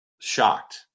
shocked